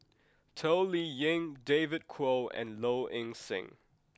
Toh Liying David Kwo and Low Ing Sing